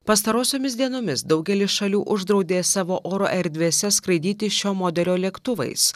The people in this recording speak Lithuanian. pastarosiomis dienomis daugelis šalių uždraudė savo oro erdvėse skraidyti šio modelio lėktuvais